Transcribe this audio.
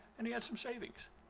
and he had some savings.